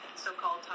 so-called